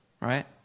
right